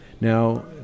Now